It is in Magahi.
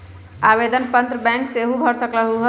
आवेदन पत्र बैंक सेहु भर सकलु ह?